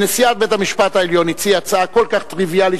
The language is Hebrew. נשיאת בית-המשפט העליון הציעה הצעה כל כך טריוויאלית,